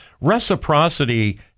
reciprocity